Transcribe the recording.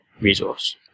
resource